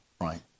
Right